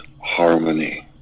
harmony